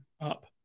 up